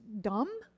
dumb